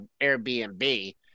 Airbnb